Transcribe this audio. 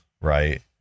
right